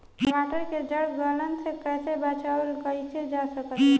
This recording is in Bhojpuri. टमाटर के जड़ गलन से कैसे बचाव कइल जा सकत बा?